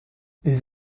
les